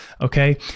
Okay